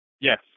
Yes